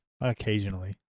Occasionally